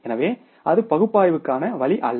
எனவே அது பகுப்பாய்வுக்கான வழி அல்ல